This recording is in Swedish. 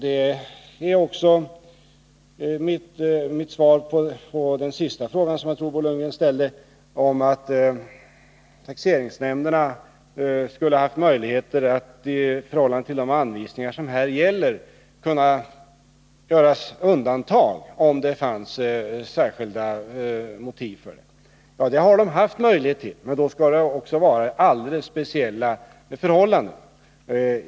Detta är också mitt svar på den sista frågan som Bo Lundgren ställde, om att taxeringsnämnderna skulle ha haft möjligheter att göra undantag från de anvisningar som här gäller, om det fanns särskilda motiv för det. Ja, det har de haft möjlighet till, men då skall det också vara alldeles speciella förhållanden.